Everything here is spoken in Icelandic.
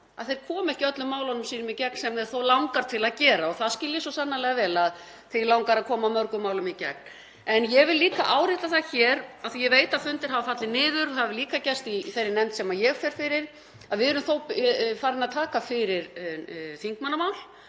að þeir komi ekki öllum málunum sínum í gegn sem þá þó langar til að gera og ég skil það svo sannarlega vel, að þá langi að koma mörgum málum í gegn. En ég vil líka árétta það hér, af því að ég veit að fundir hafa fallið niður, og það hefur líka gerst í þeirri nefnd sem ég fer fyrir, að við erum þó farin að taka fyrir þingmannamál